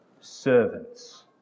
Servants